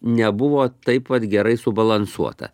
nebuvo taip vat gerai subalansuota